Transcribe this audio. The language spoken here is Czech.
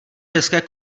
české